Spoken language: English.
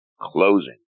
closing